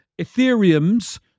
Ethereums